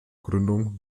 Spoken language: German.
gründung